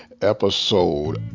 episode